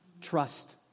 trust